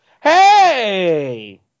Hey